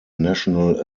national